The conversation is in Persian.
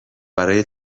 برای